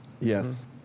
Yes